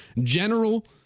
General